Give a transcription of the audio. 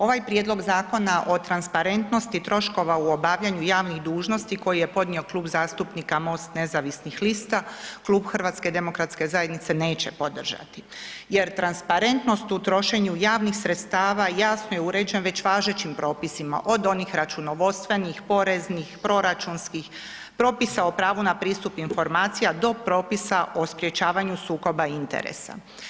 Ovaj prijedlog zakona o transparentnosti troškova u obavljanju javnih dužnosti koji je podnio Kluba zastupnika Mosta nezavisnih lista, Klub HDZ-a neće podržati jer transparentnost u trošenju javnih sredstava jasno je uređen već važećim propisima, od onih računovodstvenih, poreznih, proračunskih, propisa o pravu pristupa informacijama do propisa o sprječavanju sukoba interesa.